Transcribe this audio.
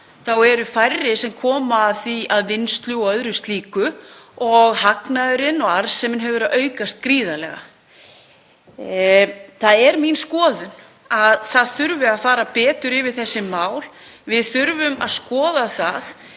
er að færri koma að vinnslu og öðru slíku og hagnaðurinn og arðsemin hefur verið að aukast gríðarlega. Það er mín skoðun að það þurfi að fara betur yfir þessi mál. Við þurfum að skoða það